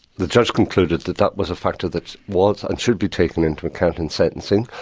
the judge concluded that that was a factor that was and should be taken into account in sentencing,